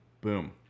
Boom